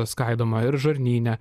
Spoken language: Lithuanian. skaidoma ir žarnyne